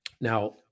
Now